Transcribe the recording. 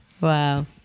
Wow